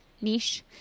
Niche